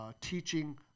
teaching